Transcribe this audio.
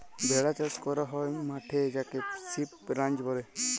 ভেড়া চাস ক্যরা হ্যয় মাঠে যাকে সিপ রাঞ্চ ব্যলে